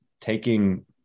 taking